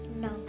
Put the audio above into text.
No